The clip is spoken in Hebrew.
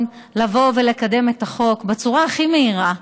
לבוא ולקדם את החוק בצורה הכי מהירה.